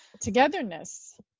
togetherness